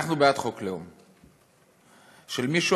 אנחנו בעד חוק לאום של מישהו,